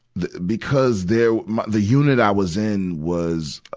the, because there the unit i was in was, uh